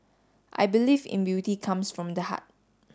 I believe in beauty comes from the heart